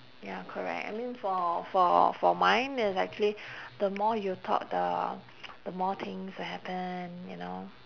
ya correct I mean for for for mine is actually the more you talk the the more things will happen you know